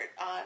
On